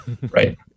right